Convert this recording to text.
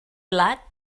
blat